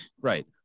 Right